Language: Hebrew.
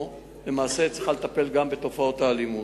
ולמעשה צריכה לטפל גם בתופעות האלימות.